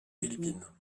philippines